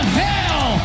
hell